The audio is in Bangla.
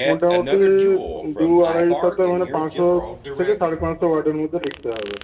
মোটামুটি দু আড়াই পাতা মানে পাঁচশো থেকে সাড়ে পাঁচশো ওয়ার্ডের মধ্যে লিখতে হবে